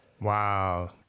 wow